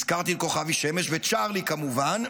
הזכרתי את כוכבי, שמש וצ'רלי, כמובן.